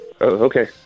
Okay